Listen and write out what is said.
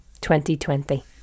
2020